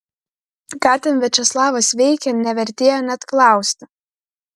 ką ten viačeslavas veikė nevertėjo net klausti